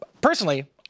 personally